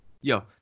yo